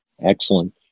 Excellent